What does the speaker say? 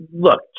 Look